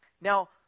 Now